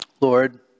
Lord